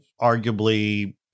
arguably